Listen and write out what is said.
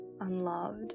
Unloved